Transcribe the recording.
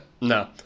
No